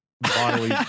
bodily